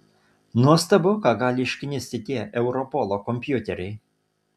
nuostabu ką gali išknisti tie europolo kompiuteriai